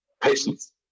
patience